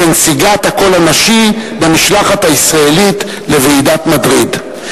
כנציגת הקול הנשי במשלחת הישראלית לוועידת מדריד.